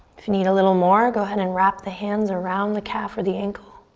if you need a little more, go ahead and wrap the hands around the calf or the ankle,